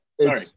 Sorry